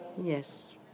Yes